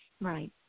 Right